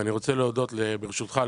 ואני רוצה להודות לך,